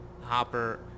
Hopper